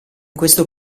questo